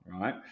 right